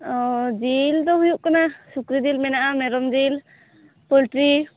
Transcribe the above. ᱚ ᱡᱤᱞ ᱫᱚ ᱦᱩᱭᱩᱜ ᱠᱟᱱᱟ ᱥᱩᱠᱨᱤ ᱡᱤᱞ ᱢᱮᱱᱟᱜᱼᱟ ᱢᱮᱨᱚᱢ ᱡᱤᱞ ᱯᱳᱞᱴᱨᱤ